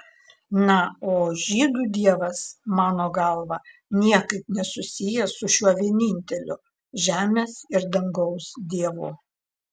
na o žydų dievas mano galva niekaip nesusijęs su šiuo vieninteliu žemės ir dangaus dievu